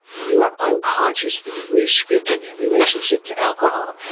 you are unconsciously re scripting your relationship to alcohol.